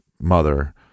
mother